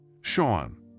Sean